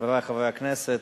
חברי חברי הכנסת,